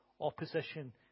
opposition